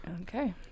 Okay